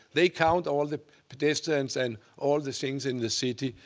they count all the pedestrians and all the things in the city,